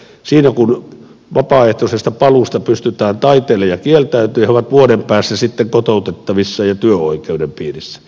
siinä kun vapaaehtoisesta paluusta pystytään taiteilemaan ja kieltäytymään ja he ovat vuoden päästä sitten kotoutettavissa ja työoikeuden piirissä voi miettiä että onko